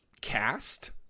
cast